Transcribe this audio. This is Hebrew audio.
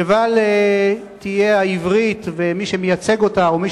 לבל יהיו העברית ומי שמייצג אותה או מי